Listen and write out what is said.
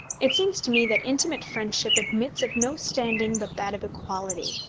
it seems to me that intimate friendship admits of no standing but that of equality.